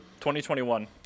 2021